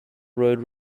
road